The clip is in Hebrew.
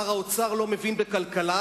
שר האוצר לא מבין בכלכלה,